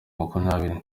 makumyabiri